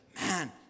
man